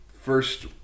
first